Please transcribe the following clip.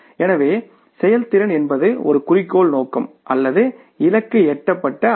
எனவே செயல்திறன் என்பது ஒரு குறிக்கோள் நோக்கம் அல்லது இலக்கு எட்டப்பட்ட அளவு